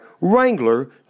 Wrangler